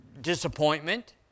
disappointment